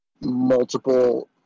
multiple